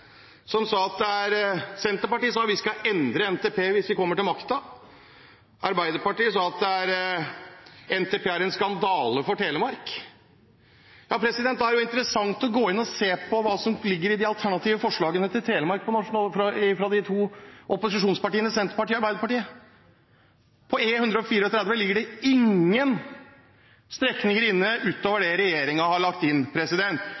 Senterpartiet sa de skulle endre NTP hvis de kom til makten. Arbeiderpartiet sa at NTP var en skandale for Telemark. Da er det interessant å gå inn og se hva som ligger i de alternative forslagene til Telemark fra de to opposisjonspartiene Senterpartiet og Arbeiderpartiet. På E134 ligger det ingen strekninger inne ut over det regjeringen har lagt inn,